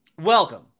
Welcome